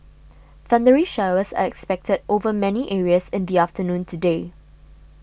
thundery showers are expected over many areas in the afternoon today